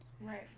Right